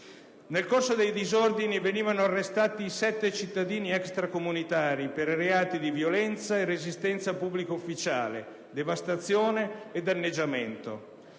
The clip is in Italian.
Nel corso dei disordini venivano arrestati sette cittadini extracomunitari per i reati di violenza e resistenza a pubblico ufficiale, devastazione e danneggiamento.